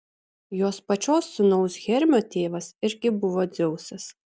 jos pačios sūnaus hermio tėvas irgi buvo dzeusas